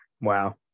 Wow